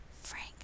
Frank